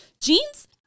Jeans